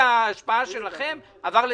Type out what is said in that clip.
זה התפקיד שלו כמפקח --- אני חבר ועדה,